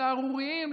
סהרוריים,